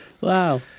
Wow